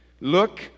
Look